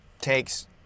takes